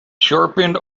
sharpened